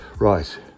Right